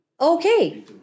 Okay